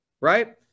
right